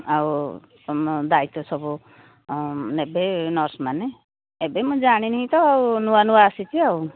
ଆଉ ତୁମ ଦାୟିତ୍ୱ ସବୁ ନେବେ ନର୍ସମାନେ ଏବେ ମୁଁ ଜାଣିନି ତ ଆଉ ନୂଆ ନୂଆ ଆସିଛି ଆଉ